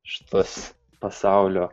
šituos pasaulio